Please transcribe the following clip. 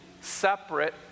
separate